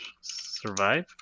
survive